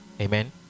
Amen